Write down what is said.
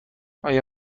آیا